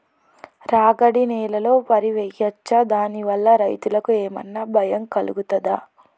రాగడి నేలలో వరి వేయచ్చా దాని వల్ల రైతులకు ఏమన్నా భయం కలుగుతదా?